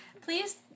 Please